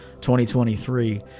2023